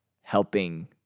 helping